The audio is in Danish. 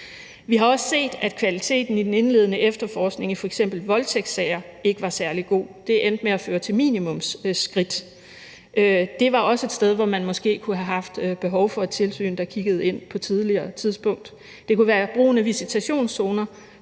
Vi har også set, at kvaliteten i den indledende efterforskning i f.eks. voldtægtssager ikke var særlig god. Det endte med at føre til minimumsskridt. Det var også et sted, hvor man måske kunne have haft behov for et tilsyn, der kiggede ind på et tidligere tidspunkt. Det kunne være brugen af visitationszoner